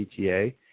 PTA